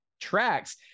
tracks